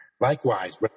Likewise